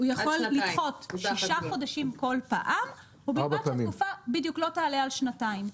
הוא יכול לדחות שישה חודשים כל פעם ובלבד שהתקופה לא תעלה על שנתיים.